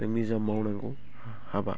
जोंनि जा मावनांगौ हाबा